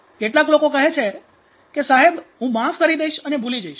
કેટલાક લોકો કહે છે કે સાહેબ હું માફ કરી દઈશ અને ભૂલી જઈશ